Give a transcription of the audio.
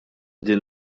din